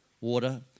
water